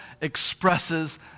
expresses